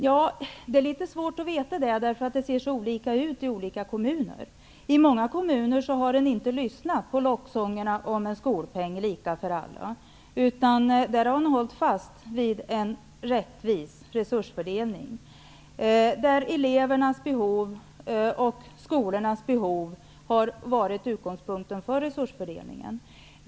Ja, det är litet svårt att veta eftersom det ser olika ut i olika kommuner. Många kommuner har inte lyssnat på locksångerna om en skolpeng lika för alla. De har hållit fast vid en rättvis resursfördelning där elevernas och skolornas behov har varit utgångspunkten för resursfördelningen.